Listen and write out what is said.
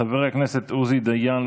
חבר הכנסת עוזי דיין,